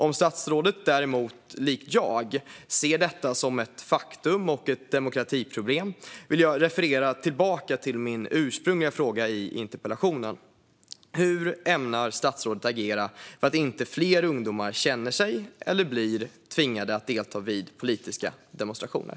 Om statsrådet däremot, likt mig, ser detta som ett faktum och ett demokratiproblem vill jag referera tillbaka till min ursprungliga fråga i interpellationen: Hur ämnar statsrådet agera för att inte fler ungdomar ska känna sig, eller bli, tvingade att delta vid politiska demonstrationer?